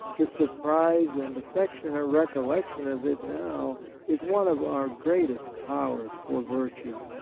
the surprised and affectionate recollection of it now is one of our greatest powers for virtue,